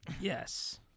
Yes